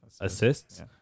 assists